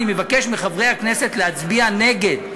אני מבקש מחברי הכנסת להצביע נגד,